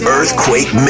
Earthquake